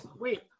Wait